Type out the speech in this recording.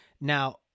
Now